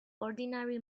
ordinary